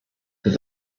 that